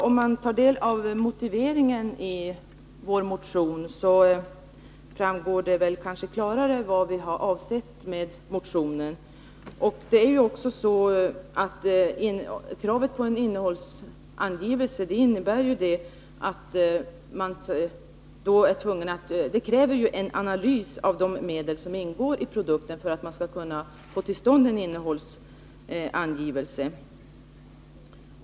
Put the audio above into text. Herr talman! Av motiveringen till motionen framgår det kanske klarare vad vi har avsett med motionen. För att kunna göra en innehållsangivelse måste man analysera vilka medel som ingår i produkten.